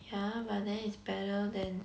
ya but then it's better than